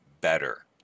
better